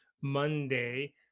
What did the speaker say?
Monday